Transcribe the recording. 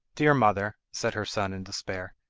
dear mother said her son in despair,